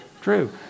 True